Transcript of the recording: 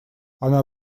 она